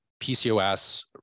PCOS